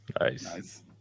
Nice